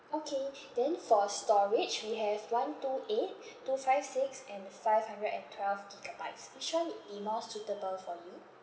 okay then for storage we have one two eight two five six and five hundred and twelve gigabytes which one would be more suitable for you